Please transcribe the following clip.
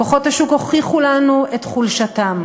כוחות השוק הוכיחו לנו את חולשתם.